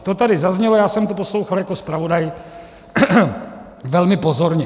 To tady zaznělo, já jsem to poslouchal jako zpravodaj velmi pozorně.